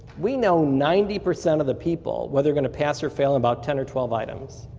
we know ninety percent of the people, whether they're going to pass or fail in about ten or twelve items.